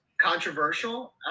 Controversial